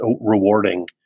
rewarding